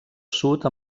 sud